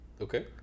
okay